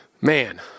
man